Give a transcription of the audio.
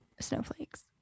snowflakes